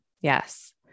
Yes